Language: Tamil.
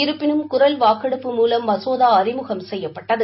இருப்பினும் குரல் வாக்கெடுப்பு மூலம் மசோதா அறிமுகம் செய்யப்பட்டது